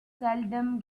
seldom